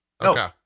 okay